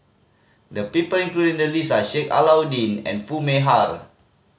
the people included the list are Sheik Alau'ddin and Foo Mee Har